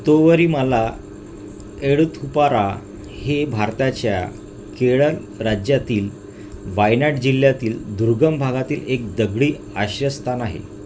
तोवरीमाला एळुथुपारा हे भारताच्या केरळ राज्यातील वायनाड जिल्ह्यातील दुर्गम भागातील एक दगडी आश्रयस्थान आहे